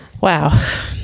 Wow